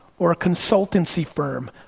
or a consultancy firm,